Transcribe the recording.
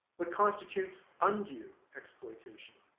what constitutes undue exploitation?